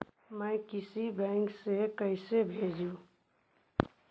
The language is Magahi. मैं किसी बैंक से कैसे भेजेऊ